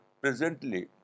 Presently